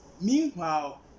meanwhile